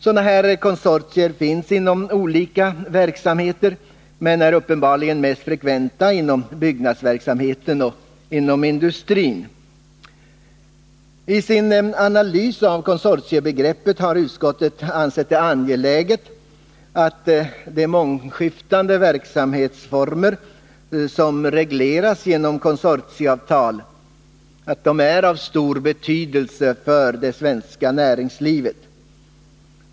Sådana här konsortier finns inom olika verksamheter men är uppenbarligen mest frekventa inom byggnadsverksamheten och inom industrin. I sin analys av konsortiebegreppet har utskottet ansett det angeläget understryka att de mångskiftande verksamhetsformer som regleras genom konsortieavtal är av stor betydelse för det svenska näringslivet.